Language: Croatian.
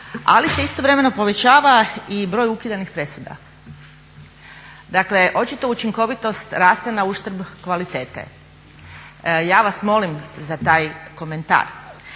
ali se istovremeno povećava i broj ukidanih presuda. Dakle očito učinkovitost raste na uštrb kvalitete. Ja vas molim za taj komentar.